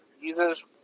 Users